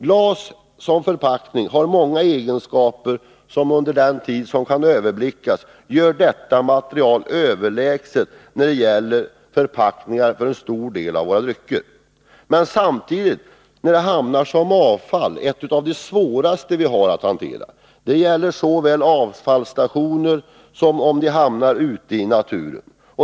Glas som förpackning har många egenskaper som under den tid som kan överblickas gör detta material överlägset när det gäller förpackning för en stor del av våra drycker. Men samtidigt är glas som avfall något av det svåraste vi har att hantera. Detta gäller såväl om det går till avfallsstationer som om det hamnar ute i naturen.